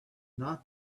not